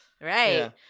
Right